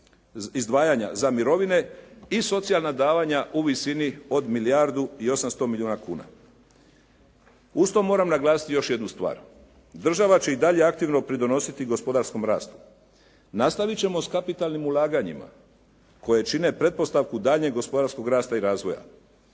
izdvajanja za mirovine i socijalna davanja u visini od milijardu i 800 milijuna kuna. Uz to moram naglasiti još jednu stvar. Država će i dalje aktivno pridonositi gospodarskom rastu. Nastavit ćemo s kapitalnim ulaganjima koja čine pretpostavku daljnjeg gospodarskog rasta i razvoja.